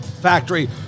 factory